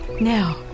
Now